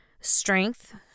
Strength